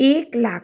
एक लाख